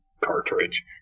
cartridge